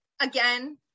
again